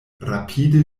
rapide